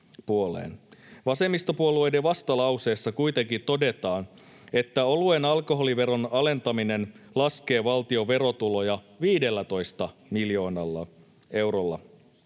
Vasemmistopuolueiden vastalauseessa kuitenkin todetaan, että oluen alkoholiveron alentaminen laskee valtion verotuloja 15 miljoonalla eurolla.